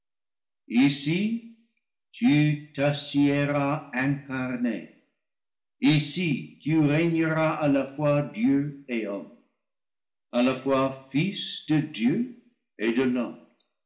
ici tu t'assiéras incarné ici tu régneras à la fois dieu et homme à la fois fils de dieu et de